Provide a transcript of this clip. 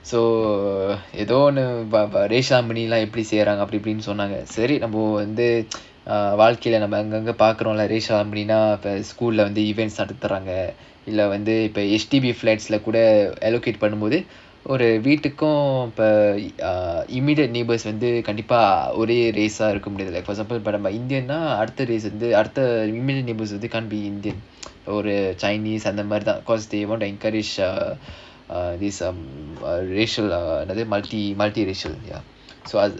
so ஏதோ ஒன்னு:edho onnu racial harmony எப்படி செய்றாங்க அப்டினு சொன்னாங்க:eppadi seiraanga apdinu sonnaanga racial harmony school leh event நடத்துறாங்க:nadathuraanga H_D_B flats lah allocate பண்ணும்போது வீட்டுக்கும்:pannumpothu veetukkum immediate neighbours வந்து:vandhu race அந்த மாதிரிதான்:andha maadhirithaan for example indian neighbours can't be indian or the chinese because they want to encourage uh uh this uh racial uh multi multi racial ya so ah